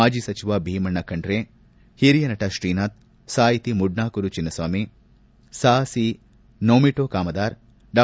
ಮಾಜಿ ಸಚಿವ ಭೀಮಣ್ಣ ಖಂಡ್ರೆ ಹಿರಿಯ ನಟ ಶ್ರೀನಾಥ್ ಸಾಹಿತಿ ಮೂಡ್ನಾಕೂಡು ಚಿನ್ನಸ್ವಾಮಿ ಸಾಹಸಿ ನೊಮಿಟೋ ಕಾಮದಾರ್ ಡಾ